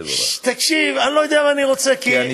אם תצליח, תבורך.